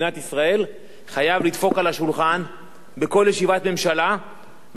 חייב לדפוק על השולחן בכל ישיבת ממשלה ולשאול מה עשיתם היום,